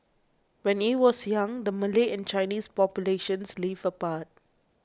when he was young the Malay and Chinese populations lived apart